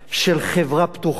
של חברה פתוחה?